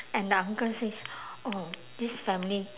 and the uncle says oh this family